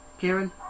Kieran